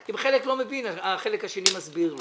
אם חלק לא מבין אז החלק השני מסביר לו.